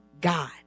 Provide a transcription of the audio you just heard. God